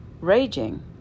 raging